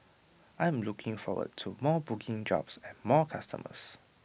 I'm looking forward to more booking jobs and more customers